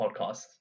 podcasts